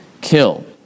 kill